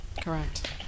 correct